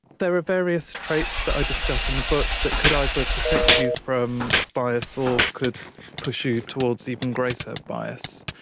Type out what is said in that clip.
there are various traits that i discuss in the book that could either protect you from bias or could push you towards even greater bias.